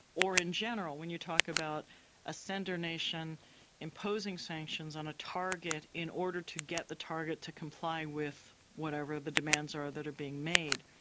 or, in general, when you talk about a sender nation imposing sanctions on a target in order to get the target to comply with whatever the demands are that are being made.